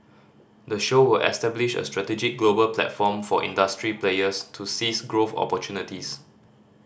the show will establish a strategic global platform for industry players to seize growth opportunities